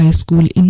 school